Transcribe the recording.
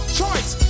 choice